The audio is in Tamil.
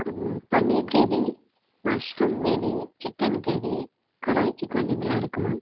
பன்னீர் gravy mushroom gravy chicken gravy kadai chicken இதலாம் இருக்குது மேம்